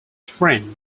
friend